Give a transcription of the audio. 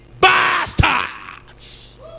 bastards